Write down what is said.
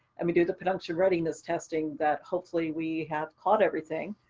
and we do the production readiness testing that hopefully we have caught everything.